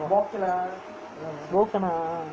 போக்கனா:bokkanaa ah